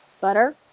Butter